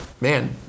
Man